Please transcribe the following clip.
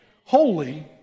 holy